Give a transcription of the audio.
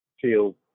feel